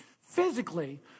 physically